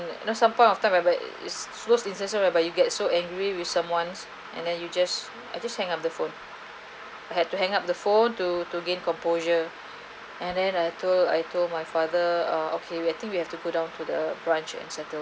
you know some point of time whereby is supposed incessant whereby you get so angry with someone and then you just I just hang up the phone I had to hang up the phone to to gain composure and then I told I told my father ah okay we I think we have go down to the branch and settle